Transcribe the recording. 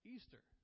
Easter